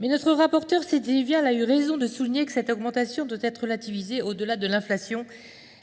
Mais le rapporteur pour avis Cédric Vial a raison de souligner que cette hausse doit être relativisée. Au delà de l’inflation,